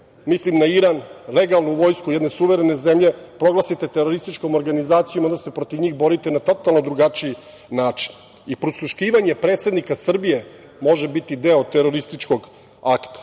mislim na Iran, legalnu vojsku jedne suverene zemlje proglasite terorističkim organizacijom, a onda se protiv njih borite na totalno drugačiji način. Prisluškivanje predsednika Srbije može biti deo terorističkog akta. Ovaj